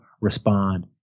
respond